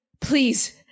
Please